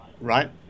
right